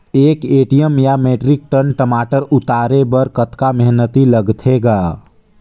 एक एम.टी या metric tonne टमाटर उतारे बर कतका मेहनती लगथे ग?